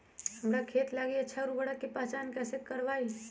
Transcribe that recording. हमार खेत लागी अच्छा उर्वरक के पहचान हम कैसे करवाई?